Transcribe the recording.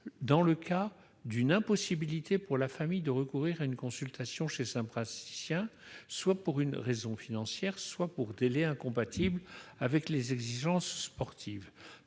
dans le cas d'une impossibilité pour la famille de recourir à une consultation chez un praticien soit pour une raison financière, soit à cause d'un délai incompatible avec les exigences sportives ?